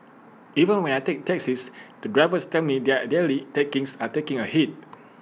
even when I take taxis the drivers tell me their daily takings are taking A hit